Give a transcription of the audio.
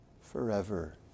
forever